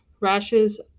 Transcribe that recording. rashes